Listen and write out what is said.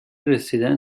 رسیدن